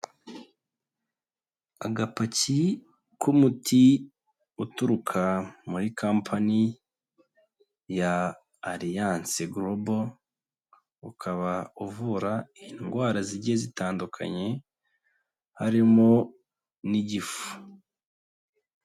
Agapaki k'umuti uturuka muri kampani ya alliance global ukaba uvura indwara zigiye zitandukanye harimo n'igifu.